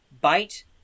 Bite